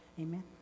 amen